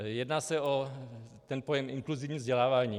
Jedná se o pojem inkluzivní vzdělávání.